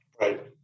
right